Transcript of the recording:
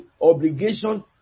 obligation